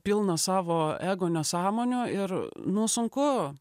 pilnas savo ego nesąmonių ir nu sunku